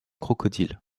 crocodile